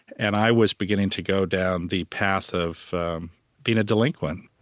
and i was beginning to go down the path of being a delinquent.